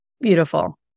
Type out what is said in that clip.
beautiful